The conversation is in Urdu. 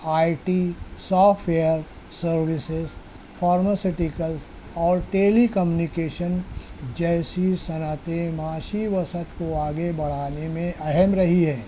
آئی T software services pharmaceutical اور ٹیلی کمیونیکیشن جیسی صنعتیں معاشی وصعت کو آگے بڑھانے میں اہم رہی ہیں